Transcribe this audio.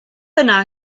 yna